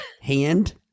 hand